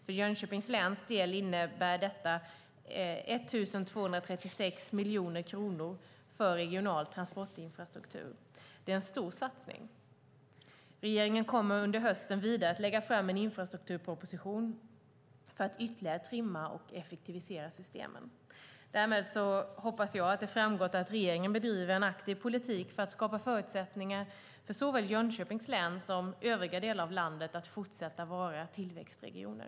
För Jönköpings läns del innebär det 1 236 miljoner kronor för regional transportinfrastruktur. Det är en stor satsning! Regeringen kommer under hösten vidare att lägga fram en infrastrukturproposition för att ytterligare trimma och effektivisera systemen. Därmed hoppas jag att det framgått att regeringen bedriver en aktiv politik för att skapa förutsättningar för såväl Jönköpings län som övriga delar av landet att fortsätta vara tillväxtregioner.